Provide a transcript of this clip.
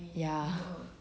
ya